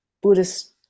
Buddhist